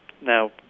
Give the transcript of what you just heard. now